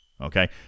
Okay